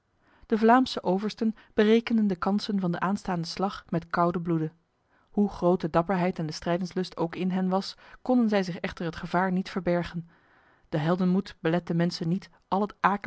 de vlaamse oversten berekenden de kansen van de aanstaande slag met kouden bloede hoe groot de dapperheid en de strijdenslust ook in hen was konden zij zich echter het gevaar niet verbergen de heldenmoed belet de mensen niet al het